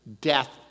death